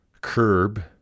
curb